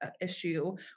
issue